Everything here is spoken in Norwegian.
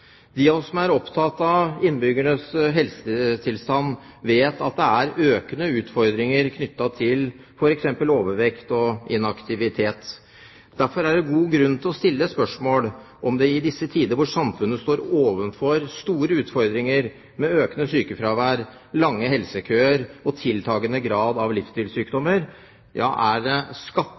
De av oss som er opptatt av innbyggernes helsetilstand, vet at det er økende utfordringer knyttet til f.eks. overvekt og inaktivitet. Derfor er det god grunn til å stille spørsmål om det i disse tider, hvor samfunnet står overfor store utfordringer med økende sykefravær, lange helsekøer og tiltagende grad av livsstilssykdommer, er